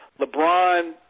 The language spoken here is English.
LeBron –